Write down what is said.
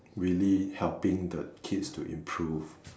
really helping the kids to improve